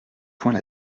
point